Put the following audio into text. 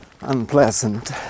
unpleasant